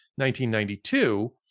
1992